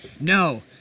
No